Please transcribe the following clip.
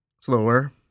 Slower